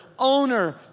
owner